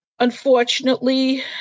Unfortunately